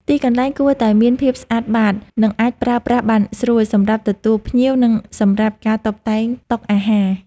ទីកន្លែងគួរតែមានភាពស្អាតបាត និងអាចប្រើប្រាស់បានស្រួល សម្រាប់ទទួលភ្ញៀវ និងសម្រាប់ការតុបតែងតុអាហារ។